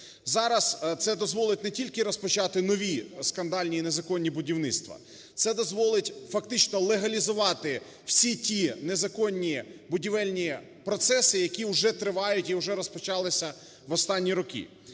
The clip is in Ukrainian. Зараз це дозволить не тільки розпочати нові скандальні і незаконні будівництва, це дозволить фактично легалізувати всі ті незаконні будівельні процеси, які вже тривають і вже розпочалися в останні роки.